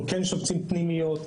אנחנו כן משפצים פנימיות,